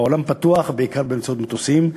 העולם פתוח, בעיקר באמצעות מטוסים.